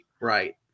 Right